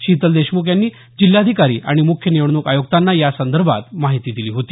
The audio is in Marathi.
शीतल देशमुख यांनी जिल्हाधिकारी आणि मुख्य निवडणूक आयुक्तांना या संदर्भात माहिती दिली होती